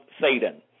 Satan